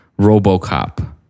RoboCop